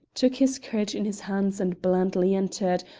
took his courage in his hands and blandly entered,